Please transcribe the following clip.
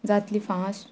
जातली फास्ट